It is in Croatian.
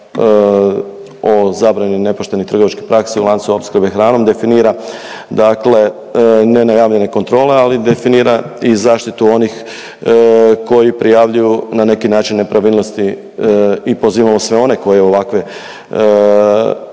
o zabrani nepoštenih trgovačkih praksi u lancu opskrbe hranom definira dakle nenajavljene kontrole, ali definira i zaštitu onih koji prijavljuju na neki način nepravilnosti i pozivamo sve one koji ovakve